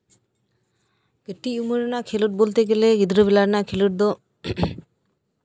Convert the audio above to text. ᱠᱟᱹᱴᱤᱡ ᱩᱢᱮᱨ ᱨᱮᱱᱟᱜ ᱠᱷᱮᱸᱞᱳᱰ ᱵᱚᱞᱛᱮ ᱜᱮᱞᱮ ᱜᱤᱫᱽᱨᱟᱹ ᱵᱮᱞᱟ ᱨᱮᱭᱱᱟᱜ ᱠᱷᱮᱸᱞᱳᱰ ᱫᱚ